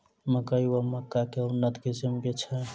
मकई वा मक्का केँ उन्नत किसिम केँ छैय?